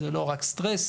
זה לא רק סטרס,